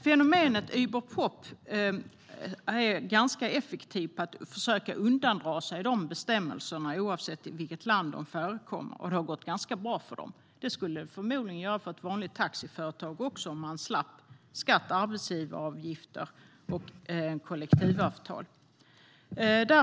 Fenomenet Uberpop är ganska effektivt när det gäller att försöka undandra sig dessa bestämmelser, oavsett i vilket land de förekommer. Det har gått ganska bra för dem, och det skulle det förmodligen också göra för vanliga taxiföretag om de slapp skatt, arbetsgivaravgifter och kollektivavtal.